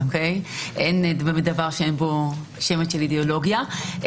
אוקי, אין דבר שאין בו שמץ של אידאולוגיה.